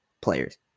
players